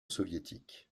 soviétique